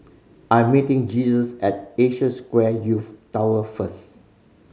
I'm meeting Jesus at Asia Square Youth Tower first